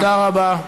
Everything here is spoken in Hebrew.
תודה רבה.